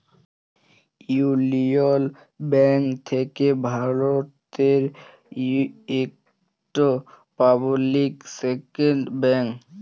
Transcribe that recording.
ইউলিয়ল ব্যাংক থ্যাকে ভারতের ইকট পাবলিক সেক্টর ব্যাংক